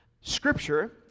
Scripture